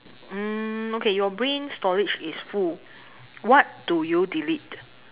mm okay your brain storage is full what do you delete